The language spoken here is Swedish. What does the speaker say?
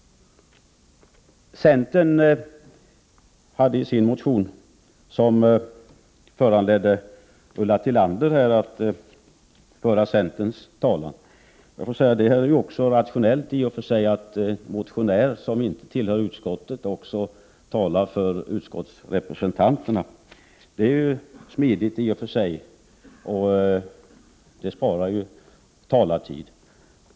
Centern har en motion i ärendet som föranledde Ulla Tillander att föra centerns talan. Jag får säga: Det är i och för sig rationellt att en motionär som inte tillhör utskottet också talar för utskottsrepresentanterna — det är ju smidigt och sparar talartid.